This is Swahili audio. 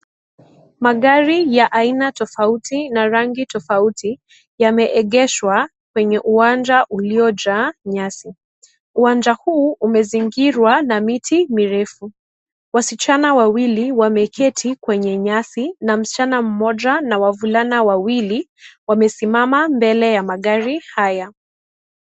Magari ya aina tofauti na rangi tofauti yameegeshwa kwenye uwanja uliojaa nyasi, uwanja huu umezingirwa na miti mirefu wasichana wawili wameketi kwenye nyasi na msichana mmoja na wavulana wawili wamesimama mbele ya magari haya.